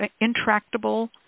intractable